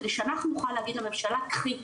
כדי שאנחנו נוכל להגיד לממשלה קחי.